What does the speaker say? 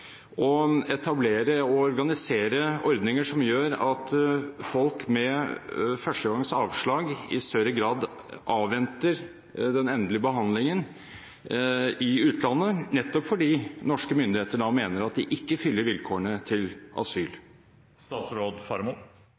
å etablere og organisere ordninger som gjør at folk med første gangs avslag i større grad avventer den endelige behandlingen i utlandet, nettopp fordi norske myndigheter mener at de ikke fyller vilkårene til